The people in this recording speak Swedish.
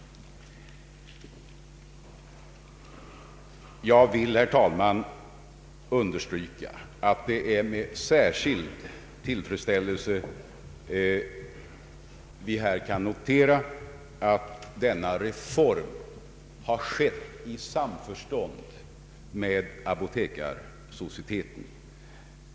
Jag vill understryka att det är med särskild tillfredsställelse jag noterar att denna reform kan ske i samförstånd med Apotekarsocieteten.